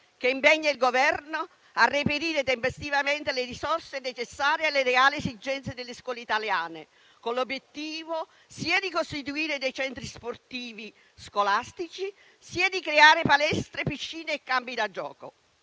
che impegna il Governo a reperire tempestivamente le risorse necessarie alle reali esigenze delle scuole italiane, con l'obiettivo sia di costituire dei centri sportivi scolastici sia di creare palestre, piscine e campi da gioco.